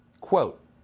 Quote